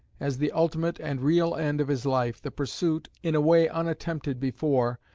as the ultimate and real end of his life, the pursuit, in a way unattempted before,